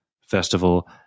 festival